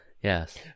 Yes